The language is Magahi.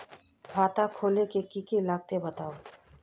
खाता खोलवे के की की लगते बतावे?